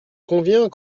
conviens